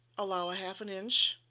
allow a half an inch